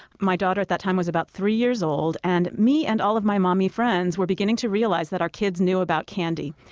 my daughter at that time was about three years old, and me and all of my mommy friends were beginning to realize that our kids knew about candy.